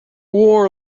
war